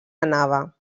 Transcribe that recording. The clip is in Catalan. anava